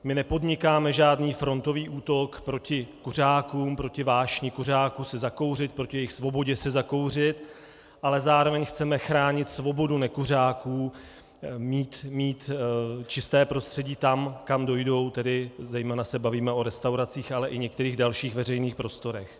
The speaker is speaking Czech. My nepodnikáme žádný frontový útok proti kuřákům, proti vášni kuřáků si zakouřit, proti jejich svobodě si zakouřit, ale zároveň chceme chránit svobodu nekuřáků mít čisté prostředí tam, kam dojdou, tedy zejména se bavíme o restauracích, ale i některých dalších veřejných prostorech.